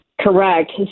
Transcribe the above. Correct